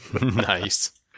Nice